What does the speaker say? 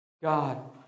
God